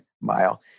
mile